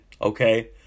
okay